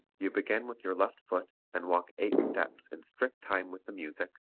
you begin with your left foot and walk eight steps in strict time with the music,